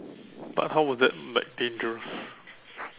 but how is that like dangerous